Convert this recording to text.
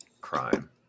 crime